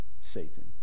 Satan